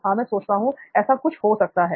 हां मैं सोचता हूं ऐसा कुछ हो सकता है